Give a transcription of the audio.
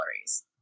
calories